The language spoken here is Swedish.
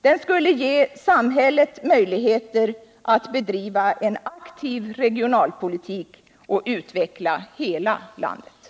De skulle ge samhället möjligheter att bedriva en aktiv regionalpolitik och utveckla hela landet.